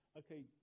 okay